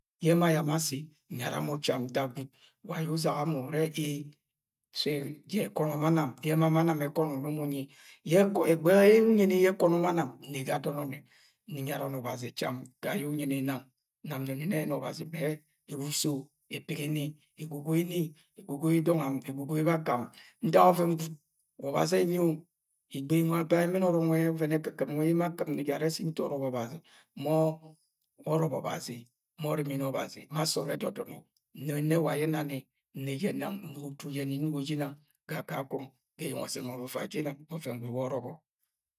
Ye ẹma yam asi nyara mọ cham ntak wa aye uzage mọ are eel jẹ ako̱no̱ ma nam, je ma nam ẹkọnọ ne mọ umu unyi. Egbe̱ghe ye̱ unyi ni ye akọnọ ma nam, nni nne ga adọn ọnne nyarani ọbazi cham. Ga yẹ unyini nang. Nam nnoni nne ọbazi me ewa uso epigi ni, ego goi ni, egogoi dongam egogoi bakam ntak ọven gwud wa ọbazi enbi ol Igbe i nwe̱ aba ẹ, ẹmẹnorọk o̱vẹn ẹkɨkɨp nwe emo akɨpni je̱ are se nto ọrọbọ ọbazi. Mu ọrọbọ ọbazi, ma ọrimini, ma sọọd ẹdo̱do̱no, nno nne yẹnẹ wa ayẹ enani nre jẹ nang nugo utu jo ne nugo jẹ nang nugo utu jo nẹ nugo je sinang ga kakang ga eyeng ọzẹnd oua uai jọ inans ọven gwud wa ọrọbo.